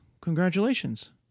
congratulations